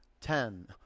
ten